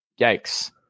yikes